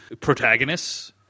protagonists